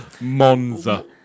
Monza